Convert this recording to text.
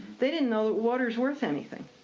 they didn't know that waters worth anything.